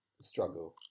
struggle